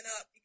up